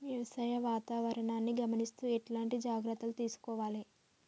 వ్యవసాయ వాతావరణాన్ని గమనిస్తూ ఎట్లాంటి జాగ్రత్తలు తీసుకోవాలే?